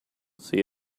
see